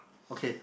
okay